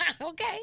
Okay